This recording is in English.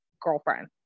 girlfriend